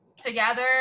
together